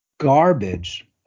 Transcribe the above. garbage